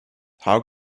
how